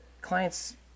clients